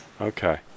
Okay